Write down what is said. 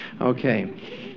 Okay